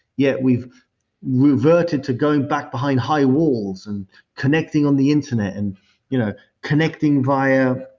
yet we've reverted to going back behind high walls and connecting on the internet and you know connecting via